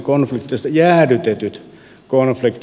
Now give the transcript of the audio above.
jäädytetyt konfliktit